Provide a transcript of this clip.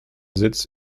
sitz